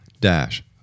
dash